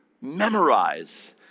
memorize